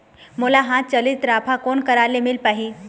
मोला हाथ चलित राफा कोन करा ले मिल पाही?